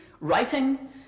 writing